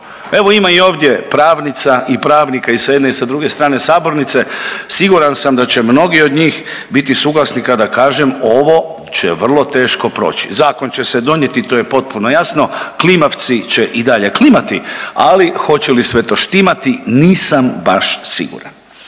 Evo ima i ovdje pravnica i pravnika i sa jedne i sa druge strane sabornice, siguran sam da će mnogi od njih biti suglasni kada kažem ovo će vrlo teško proći. Zakon će se donijeti to je potpuno jasno. Klimavci će i dalje klimati, ali hoće li sve to štimati nisam baš siguran.